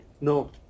no